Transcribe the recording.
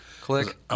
Click